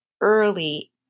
early